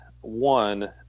one